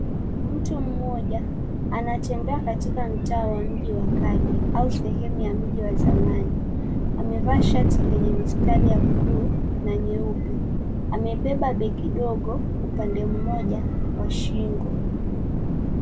Mtu mmoja anatembea katika mtaa wa mji wa kale au sehemu ya mji wa zamani, amevaa shati lenye mistari ya buluu na nyeupe. Amebeba begi dogo upande wa shingo.